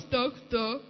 doctor